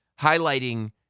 highlighting